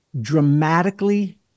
dramatically